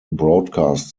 broadcast